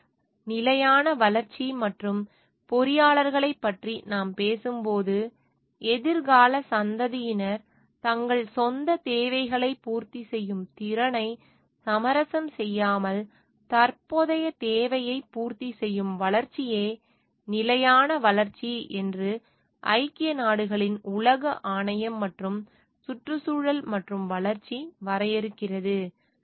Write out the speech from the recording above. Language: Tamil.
எனவே நிலையான வளர்ச்சி மற்றும் பொறியாளர்களைப் பற்றி நாம் பேசும்போது எதிர்கால சந்ததியினர் தங்கள் சொந்தத் தேவைகளைப் பூர்த்தி செய்யும் திறனை சமரசம் செய்யாமல் தற்போதைய தேவையைப் பூர்த்தி செய்யும் வளர்ச்சியே நிலையான வளர்ச்சி என்று ஐக்கிய நாடுகளின் உலக ஆணையம் மற்றும் சுற்றுச்சூழல் மற்றும் வளர்ச்சி வரையறுக்கிறது